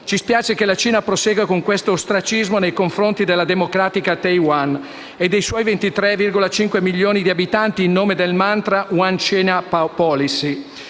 Ci spiace che la Cina prosegua con questo ostracismo nei confronti della democratica Taiwan e dei suoi 23,5 milioni di abitanti in nome del mantra "One China policy".